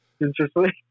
Interesting